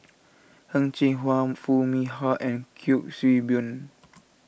Heng Cheng Hwa Foo Mee Har and Kuik Swee Boon